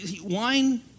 Wine